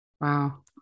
Wow